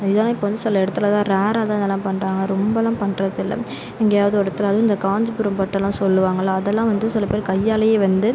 இதலாம் இப்போ வந்து சில இடத்துல தான் ரேர்ராக தான் இதலாம் பண்றாங்க ரொம்பலாம் பண்றதில் எங்கியாவது ஒரு இடத்துல அதுவும் இந்த காஞ்சிபுரம் பட்டெல்லாம் சொல்லுவாங்களே அதலாம் வந்து சில பேரு கையால் வந்து